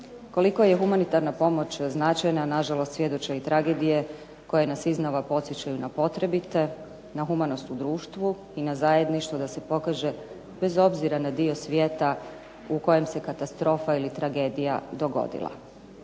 Koliko je humanitarna pomoć značajna nažalost svjedoče i tragedije koje nas iznova podsjećaju na potrebite, na humanost u društvu i na zajedništvo da se pokaže, bez obzira na dio svijeta u kojem se katastrofa ili tragedija dogodila.